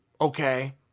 okay